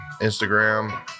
Instagram